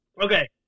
Okay